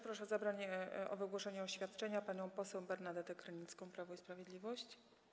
Proszę o wygłoszenie oświadczenia panią poseł Bernadetę Krynicką, Prawo i Sprawiedliwość.